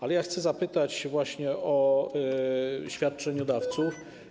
Ale ja chcę zapytać właśnie o świadczeniodawców.